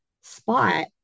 spot